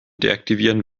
deaktivieren